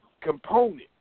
Component